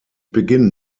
beginn